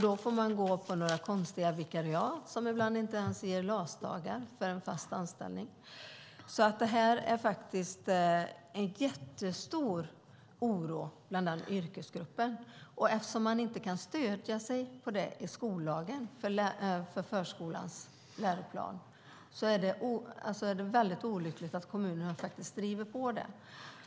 Då får man gå på några konstiga vikariat, som ibland inte ens ger LAS-dagar för fast anställning. Det är alltså en jättestor oro i denna yrkesgrupp. Eftersom kommunerna inte kan stödja sig på skollagen, förskolans läroplan, i detta är det väldigt olyckligt att de driver på det.